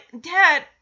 Dad